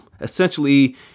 essentially